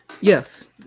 Yes